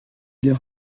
leur